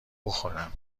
بخورم